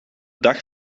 dag